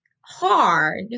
hard